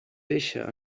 deixa